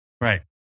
Right